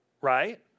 right